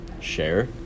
share